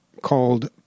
called